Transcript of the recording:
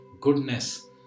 goodness